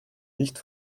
nicht